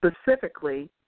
specifically